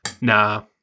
Nah